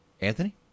Anthony